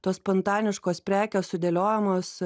tos spontaniškos prekės sudėliojamos